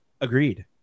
agreed